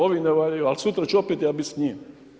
Ovi ne valjaju ali sutra ću opet ja biti s njim.